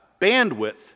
bandwidth